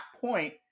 point